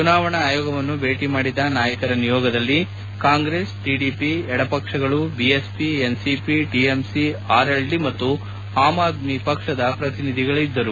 ಚುನಾವಣಾ ಆಯೋಗವನ್ನು ಭೇಟಿ ಮಾಡಿದ ನಾಯಕರ ನಿಯೋಗದಲ್ಲಿ ಕಾಂಗ್ರೆಸ್ ಟಿಡಿಪಿ ಎಡಪಕ್ಷಗಳು ಬಿಎಸ್ಪಿ ಎನ್ಸಿಪಿ ಟಿಎಂಸಿ ಆರ್ಎಲ್ಡಿ ಮತ್ತು ಆಮ್ ಆದ್ನಿ ಪಕ್ಷದ ಪ್ರತಿನಿಧಿಗಳಿದ್ದರು